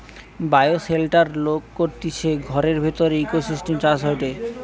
bioshelter লোক করতিছে ঘরের ভিতরের ইকোসিস্টেম চাষ হয়টে